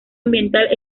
ambiental